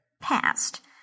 past